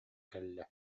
кэллэ